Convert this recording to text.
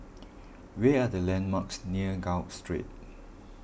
where are the landmarks near Gul Street